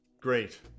Great